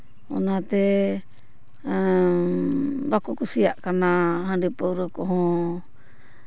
ᱚᱱᱟᱛᱮ ᱵᱟᱠᱚ ᱠᱩᱥᱤᱭᱟᱜ ᱠᱟᱱᱟ ᱦᱟᱺᱰᱤ ᱯᱟᱹᱣᱨᱟᱹ ᱠᱚᱦᱚᱸ